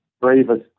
bravest